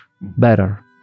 better